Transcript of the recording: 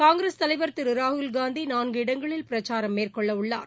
காங்கிரஸ் தலைவர் திரு ராகுல்காந்தி நான்கு இடங்களில் பிரச்சாரம் மேற்கொள்ளவுள்ளார்